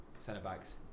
centre-backs